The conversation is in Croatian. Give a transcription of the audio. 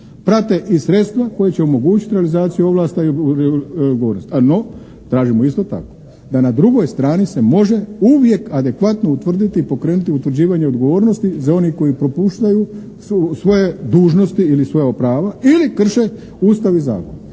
prate i sredstava koja će omogućiti realizaciju ovlasti … /Ne razumije se./ … No, tražimo isto tako da na drugoj strani se može uvijek adekvatno utvrditi i pokrenuti utvrđivanje odgovornosti za one koji ih propuštaju, svoje dužnosti ili svoja prava ili krše Ustav i zakon.